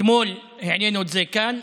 אתמול העלינו את זה כאן,